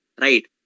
Right